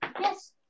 Yes